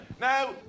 Now